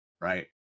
right